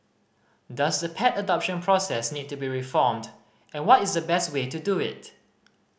does the pet adoption process need to be reformed and what is the best way to do it